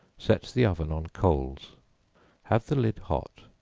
set the oven on coals have the lid hot,